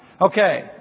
Okay